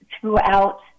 throughout